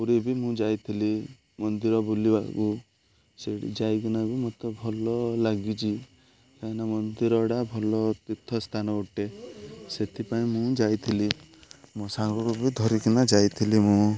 ପୁରୀ ବି ମୁଁ ଯାଇଥିଲି ମନ୍ଦିର ବୁଲିବାକୁ ସେଇଠି ଯାଇକିନା ବି ମୋତେ ଭଲ ଲାଗିଛି କାହିଁକିନା ମନ୍ଦିରଟା ଭଲ ତୀର୍ଥସ୍ଥାନ ଅଟେ ସେଥିପାଇଁ ମୁଁ ଯାଇଥିଲି ମୋ ସାଙ୍ଗ କୁ ବି ଧରିକିନା ଯାଇଥିଲି ମୁଁ